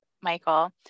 Michael